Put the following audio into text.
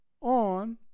on